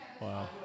Wow